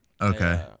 Okay